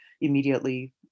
immediately